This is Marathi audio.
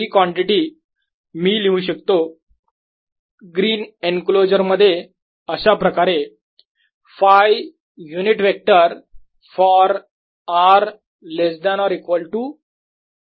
हि कॉन्टिटी मी लिहू शकतो ग्रीन एनक्लोजर मध्ये अशाप्रकारे Φ unit vector for r less than equal to R साठी